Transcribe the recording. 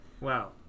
wow